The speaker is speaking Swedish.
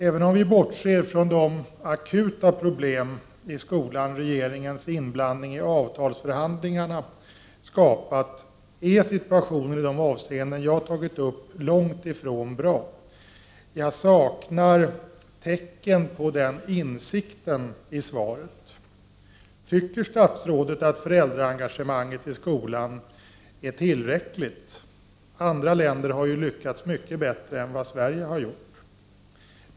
Även om vi bortser från de akuta problem i skolan som regeringens inblandning i avtalsförhandlingarna har skapat är situationen i de avseenden som jag har tagit upp långt ifrån bra. Jag saknar tecken på den insikten i svaret. Tycker statsrådet att föräldraengagemanget i skolan är tillräckligt? Andra länder har ju lyckats mycket bättre än vad Sverige har gjort.